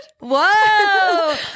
Whoa